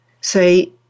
Say